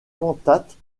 cantate